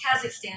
Kazakhstan